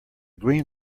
green